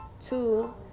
two